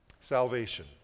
Salvation